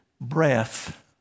breath